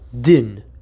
Din